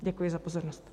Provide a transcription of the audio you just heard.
Děkuji za pozornost.